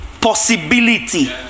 possibility